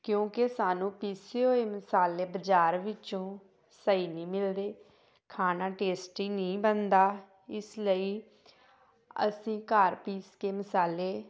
ਕਿਉਂਕਿ ਸਾਨੂੰ ਪੀਸੇ ਹੋਏ ਮਸਾਲੇ ਬਾਜ਼ਾਰ ਵਿੱਚੋਂ ਸਹੀ ਨਹੀਂ ਮਿਲਦੇ ਖਾਣਾ ਟੇਸਟੀ ਨਹੀਂ ਬਣਦਾ ਇਸ ਲਈ ਅਸੀਂ ਘਰ ਪੀਸ ਕੇ ਮਸਾਲੇ